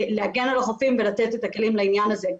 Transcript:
להגן על החופים ולתת את הכלים לעניין הזה.